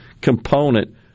component